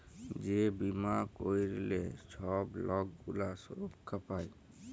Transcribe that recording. যে বীমা ক্যইরলে ছব লক গুলা সুরক্ষা পায়